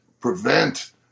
prevent